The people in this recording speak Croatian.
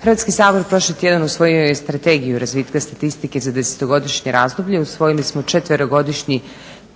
Hrvatski sabor prošli tjedan usvojio je i Strategiju razvitka statistike za desetogodišnje razdoblje, usvojili smo četverogodišnji